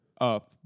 up